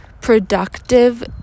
productive